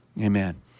Amen